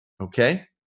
Okay